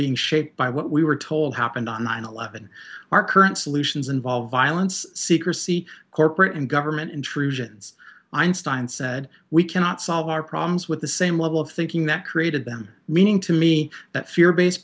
being shaped by what we were told happened on nine eleven our current solutions involve violence secrecy corporate and government intrusions einstein said we cannot solve our problems with the same level of thinking that created them meaning to me that fear based